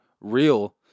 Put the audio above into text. real